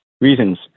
reasons